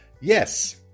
yes